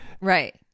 right